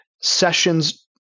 sessions